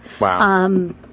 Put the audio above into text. Wow